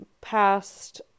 past